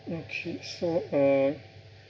okay so uh